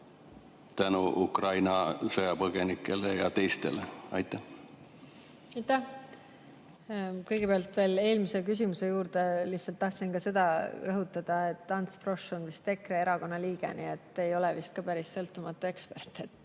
tänu Ukraina sõjapõgenikele ja teistele? Aitäh! Kõigepealt veel eelmise küsimuse juurde. Lihtsalt tahtsin rõhutada, et Ants Frosch on vist EKRE liige, nii et ei ole vist ka päris sõltumatu ekspert,